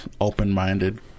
open-minded